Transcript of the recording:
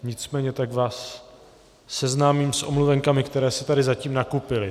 Nicméně tak vás seznámím s omluvenkami, které se tady zatím nakupily.